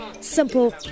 simple